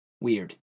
weird